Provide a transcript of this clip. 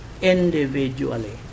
individually